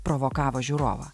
provokavo žiūrovą